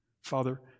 Father